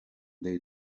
day